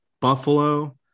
Buffalo